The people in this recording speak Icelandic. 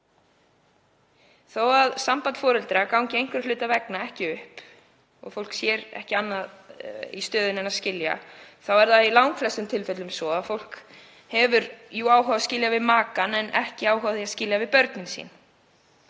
Þó að samband foreldra gangi einhverra hluta vegna ekki upp og fólk sjái ekki annað í stöðunni en að skilja er það í langflestum tilfellum svo að fólk hefur jú áhuga á að skilja við makann en ekki áhuga á að skilja við börnin sín.